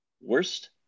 Worst